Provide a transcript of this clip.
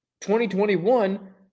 2021